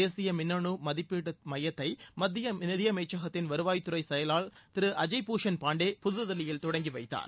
தேசிய மின்னனு மதிப்பீட்டு மையத்தை மத்திய நிதியமைச்சகத்தின் வருவாய் துறை செயலர் திரு அஜய் பூஷண் பாண்டே புதுதில்லியில் தொடங்கி வைத்தார்